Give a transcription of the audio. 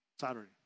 Saturday